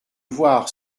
voir